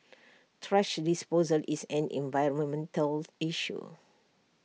thrash disposal is an environmental issue